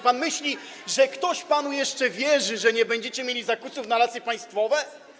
Pan myśli, że ktoś panu jeszcze wierzy, że nie będziecie mieli zakusów na Lasy Państwowe?